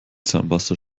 zahnpasta